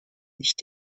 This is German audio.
nicht